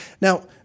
Now